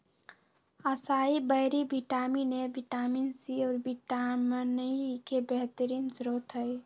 acai berry vitamin A, vitamin C, और vitamin E के बेहतरीन स्त्रोत हई